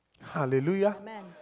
Hallelujah